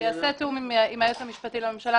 כשייעשה התיאום עם היועץ המשפטי לממשלה,